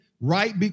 right